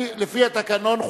לפי התקנון,